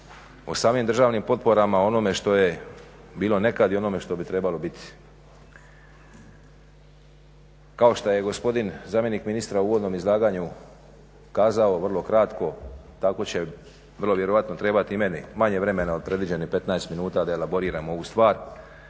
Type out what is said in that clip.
o samim državnim potporama onome što je bilo nekad i onome što bi trebalo biti. Kao što je gospodin zamjenik ministra u uvodno izlaganju kazao vrlo kratko, tako će vrlo vjerojatno trebati i meni manje vremena od predviđenih 15 minuta da elaboriram ovu stvar